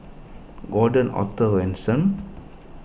Gordon Arthur Ransome